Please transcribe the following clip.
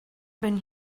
been